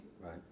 right